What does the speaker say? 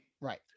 Right